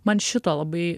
man šito labai